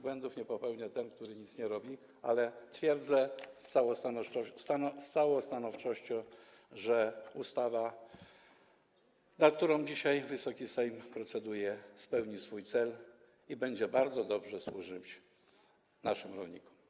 Błędów nie popełnia ten, kto nic nie robi, ale twierdzę z całą stanowczością, że ustawa, nad którą dzisiaj Wysoki Sejm proceduje, osiągnie swój cel i będzie bardzo dobrze służyć naszym rolnikom.